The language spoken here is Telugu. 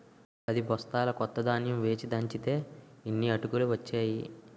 పదిబొస్తాల కొత్త ధాన్యం వేచి దంచితే యిన్ని అటుకులు ఒచ్చేయి